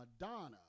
Madonna